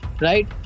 right